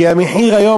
כי המחיר היום,